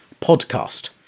podcast